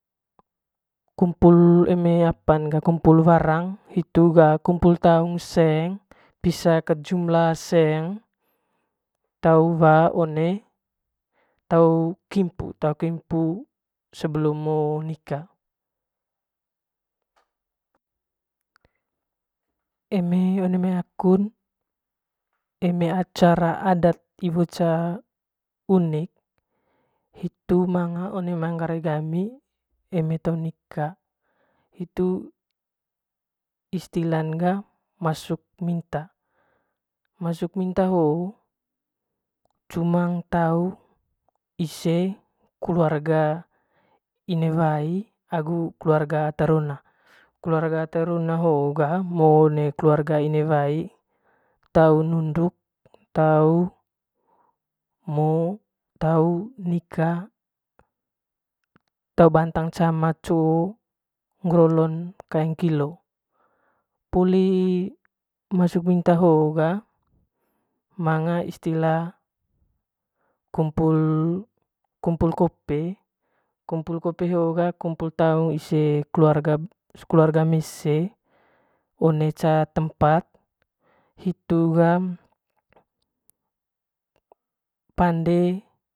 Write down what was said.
Kumpul eme apan ga kumpul warang hitu ga kumpul taung seng pisa kat jumla seng tau wa one tau kimpu, sebelum mo nika eme one mai kaun eme acara adat iwo ca unik hitu manga one manga one manggarai gami eme te nika hitu istilan ga masuk minta masuk minta hoo cumang tau ise keuarga inewai agu keuarga ata rona keluarga ata rona hoo ga ngo one kuaraga inewai tttau nunduk tau mo nika te bantang cama coo nger olon kaeng kilo puli masuk minta hoo gaa manga istila kumpu kumpul kope, kumpul kope hoo ga kumpul taung ise keluarga keuarga mese one ca tempat hitu ga pande.